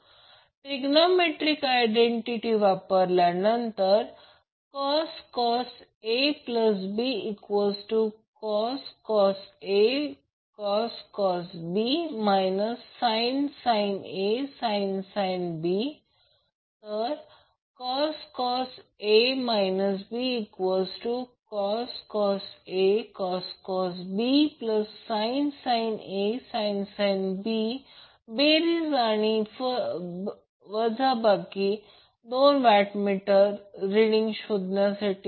P2ReVcbIcVcbIccos 30° VLILcos 30° trigonometric identities वापरल्या नंतर cos ABcos A cos B sin A sin B cos A Bcos A cos B sin A sin B बेरीज आणि फरक दोन watt meter reading शोधण्यासाठी